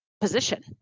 position